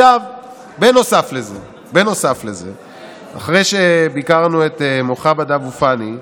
נוסף לזה, אחרי שביקרנו את מוחמד אבו פאני,